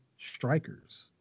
Strikers